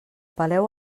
peleu